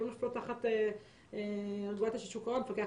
והן לא נופלות תחת רגולציה של שוק הון או המפקח